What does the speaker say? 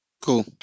Cool